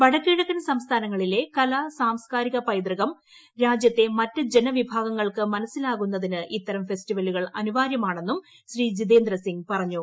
വടക്കുകിഴക്കൻ സംസ്ഥാനങ്ങളിലെ കൂല്പ് പ്രസാംസ്കാരിക പൈതൃകം രാജ്യത്തെ മറ്റ് ജനവിഭാഗങ്ങൾക്ക് മന്സ്സിലാകുന്നതിന് ഇത്തരം ഫെസ്റ്റിവലുകൾ അനിവാര്യമാണെന്നും ശ്രീ ജിതേന്ദ്ര സിംഗ് പറഞ്ഞു